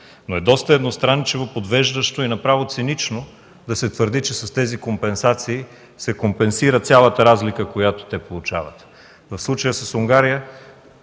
Доста едностранчиво, подвеждащо и направо цинично е да се твърди, че с тези компенсации се компенсира цялата разлика, която те получават. В случая с Унгария